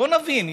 בוא נבין,